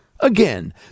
again